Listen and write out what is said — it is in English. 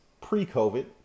pre-COVID